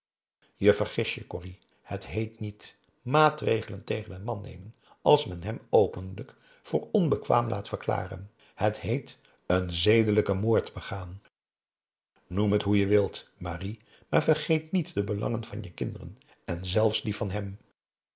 je corrie het heet niet maatregelen tegen een man nemen als men hem openlijk voor onbekwaam laat verklaren het heet een zedelijken moord begaan noem het hoe je wilt marie maar vergeet niet de belangen van je kinderen en zelfs die van hem